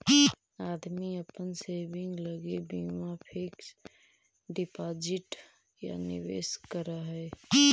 आदमी अपन सेविंग लगी बीमा फिक्स डिपाजिट या निवेश करऽ हई